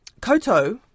Koto